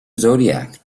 zodiac